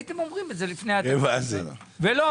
הייתם אומרים את זה לפני התקציב ולא אמרתם.